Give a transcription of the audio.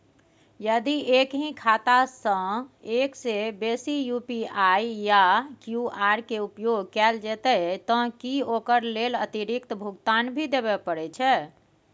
यदि एक ही खाता सं एक से बेसी यु.पी.आई या क्यू.आर के उपयोग कैल जेतै त की ओकर लेल अतिरिक्त भुगतान भी देबै परै छै?